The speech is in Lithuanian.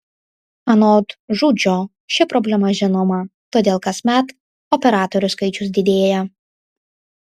anot žudžio ši problema žinoma todėl kasmet operatorių skaičius didėja